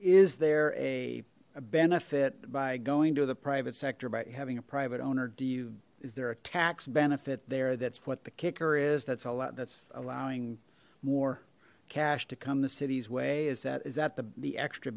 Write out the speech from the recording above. is there a benefit by going to the private sector by having a private owner do you is there a tax benefit there that's what the kicker is that's a lot that's allowing more cash to come the city's way is that is that the the extra